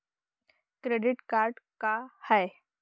Credit card का हाय?